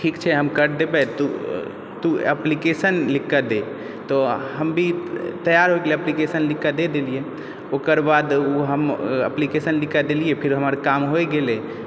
ठीक छै हम कर देबय तु एप्लिकेशन लिख कऽ दे तऽ हम भी तैआर होय गेलियै एप्लिकेशन लिखकऽ दय देलियै ओकर बाद ओ हम एप्लिकेशन लिखकऽ देलियै फेर हमर काम होइ गेलय